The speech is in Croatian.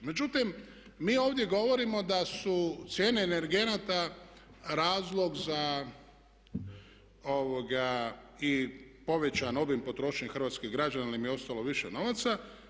Međutim, mi ovdje govorimo da su cijene energenata razlog za i povećan obim potrošnje hrvatskih građana jer im je ostalo više novaca.